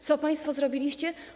Co państwo zrobiliście?